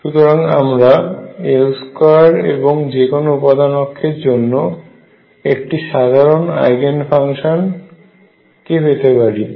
সুতরাং আমরা L2 এবং যে কোন উপাদান অক্ষের জন্য একটি সাধারণ আইগেন ফাংশন কে পেতে পারি